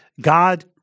God